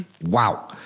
Wow